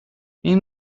این